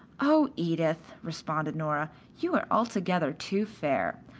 oh, edith, responded nora, you are altogether too fair.